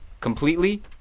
completely